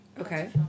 Okay